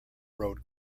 road